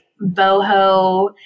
boho